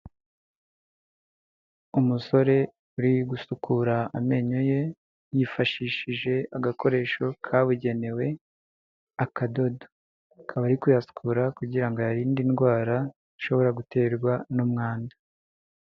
Umusore uri gusukura amenyo ye yifashishije agakoresho kabugenewe akadodo, akaba ari kuyasukura kugira ngo ayarinde indwara ishobora guterwa n'umwanda.